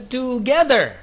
together